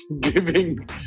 giving